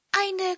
Eine